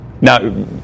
Now